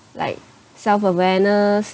like self-awareness